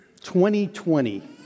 2020